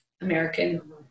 American